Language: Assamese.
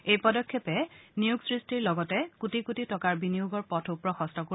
এই পদক্ষেপে নিয়োগ সৃষ্টিৰ লগতে কোটি কোটি টকাৰ বিনিয়োগৰ পথো প্ৰশস্ত কৰিব